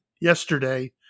yesterday